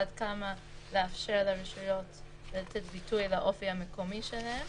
עד כמה לאפשר לרשויות לתת ביטוי לאופי המקומי שלהן